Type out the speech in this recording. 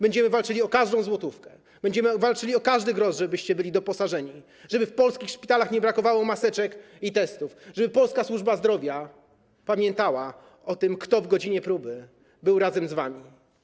Będziemy walczyli o każdą złotówkę, będziemy walczyli o każdy grosz, żebyście byli doposażeni, żeby w polskich szpitalach nie brakowało maseczek i testów, żeby polska służba zdrowia pamiętała o tym, kto w godzinie próby był razem z wami.